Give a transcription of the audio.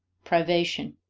privation